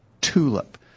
tulip